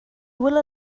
will